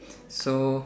so